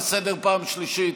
אני קורא אותך לסדר בפעם השלישית.